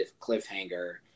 cliffhanger